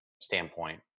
standpoint